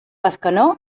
bescanó